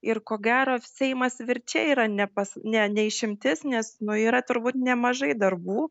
ir ko gero seimas verčia yra nepas ne ne išimtis nes nu yra turbūt nemažai darbų